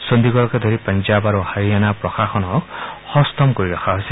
চণ্ডিগড়কে ধৰি পঞ্জাৱ আৰু হাৰিয়ানাৰ প্ৰশাসনক সষ্টম কৰি ৰখা হৈছে